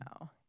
no